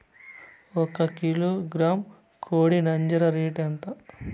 ఒక కిలోగ్రాము కోడి నంజర రేటు ఎంత?